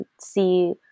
see